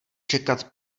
čekat